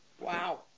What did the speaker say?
Wow